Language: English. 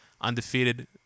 undefeated